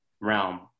realm